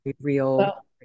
real